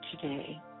today